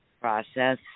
Process